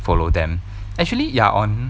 follow them actually you are on